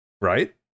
right